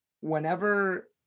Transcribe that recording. whenever